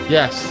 Yes